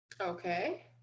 Okay